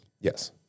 Yes